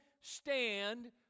stand